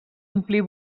omplir